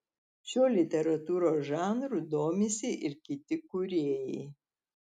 šiuo literatūros žanru domisi ir kiti kūrėjai